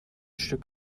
stück